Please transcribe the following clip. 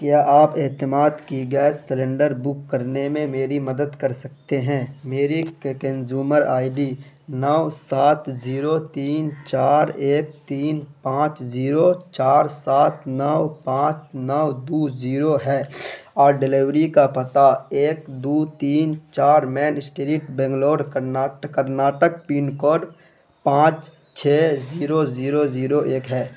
کیا آپ اعتماد کی گیس سلینڈر بک کرنے میں میری مدد کر سکتے ہیں میری کنزیومر آئی ڈی نو سات زیرو تین چار ایک تین پانچ زیرو چار سات نو پانچ نو دو زیرو ہے اور ڈلیوری کا پتہ ایک دو تین چار main street Bangalore Karnataka pin code پانچ چھ زیرو زیرو زیرو ایک ہے